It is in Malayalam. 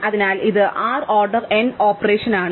അതിനാൽ ഇത് r ഓർഡർ n ഓപ്പറേഷൻ ആണ്